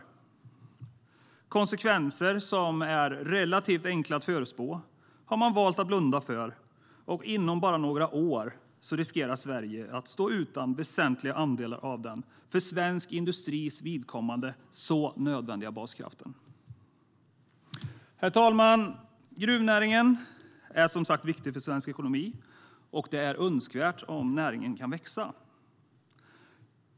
Konsekvenser som är relativt enkla att förutspå har man valt att blunda för, och inom bara några år riskerar Sverige att stå utan väsentliga andelar av den för svensk industris vidkommande så nödvändiga baskraften. Herr talman! Gruvnäringen är som sagt viktig för svensk ekonomi, och det är önskvärt att näringen kan växa.